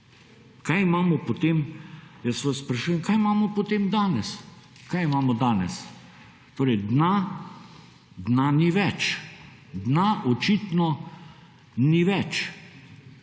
Kaj imamo potem, jaz vas sprašujem, kaj imamo potem danes? Kaj imamo danes? Torej dna. Dna ni več. Dna očitno ni več.